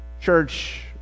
church